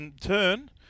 turn